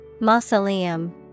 Mausoleum